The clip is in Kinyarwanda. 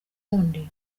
wundi